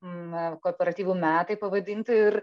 n kooperatyvų metai pavadinti ir